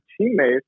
teammates